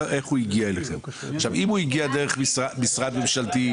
אם הוא הגיע דרך משרד ממשלתי,